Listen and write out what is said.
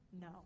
No